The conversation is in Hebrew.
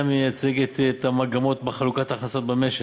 מייצגת את המגמות בחלוקת ההכנסות במשק.